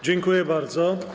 Dziękuję bardzo.